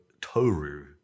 Toru